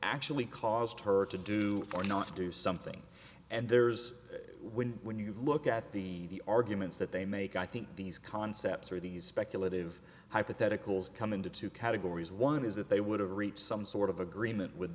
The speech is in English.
actually caused her to do or not do something and there's when when you look at the arguments that they make i think these concepts or these speculative hypotheticals come into two categories one is that they would have reached some sort of agreement with